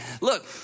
look